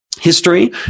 history